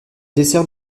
dessert